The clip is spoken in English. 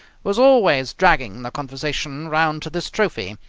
was always dragging the conversation round to this trophy,